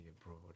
abroad